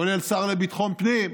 כולל השר לביטחון הפנים,